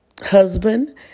husband